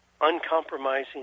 uncompromising